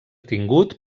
tingut